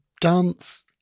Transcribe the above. dance